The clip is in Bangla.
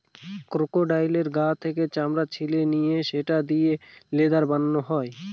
ক্রোকোডাইলের গা থেকে চামড়া ছিলে নিয়ে সেটা দিয়ে লেদার বানানো হয়